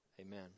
Amen